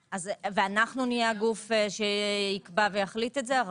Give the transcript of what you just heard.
ואנחנו נהיה הגוף שיקבע ויחליט את זה?